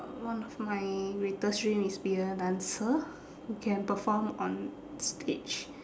one of my greatest dream is be a dancer who can perform on stage